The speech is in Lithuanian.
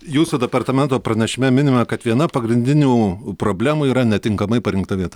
jūsų departamento pranešime minima kad viena pagrindinių problemų yra netinkamai parinkta vieta